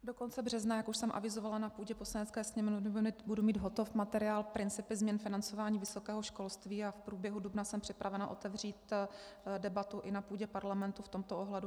Do konce března, jak už jsem avizovala na půdě Poslanecké sněmovny, budu mít hotov materiál Principy změn financování vysokého školství a v průběhu dubna jsem připravena otevřít debatu i na půdě parlamentu v tomto ohledu.